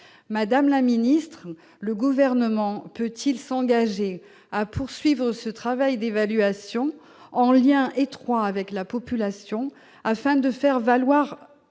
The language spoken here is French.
Madame la secrétaire d'État, le Gouvernement peut-il s'engager à poursuivre ce travail d'évaluation, en liaison étroite avec la population, afin de faire valoir